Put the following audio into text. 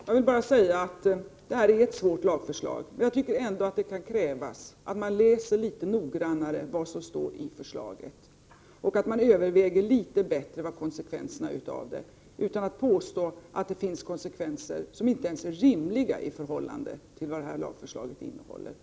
Fru talman! Det här är ett svårt lagförslag, men jag tycker ändå att det kan krävas att man läser litet noggrannare vad som står i förslaget och att man överväger litet bättre vilka konsekvenserna blir, i stället för att påstå att det finns konsekvenser som inte är rimliga i förhållande till vad lagförslaget innehåller.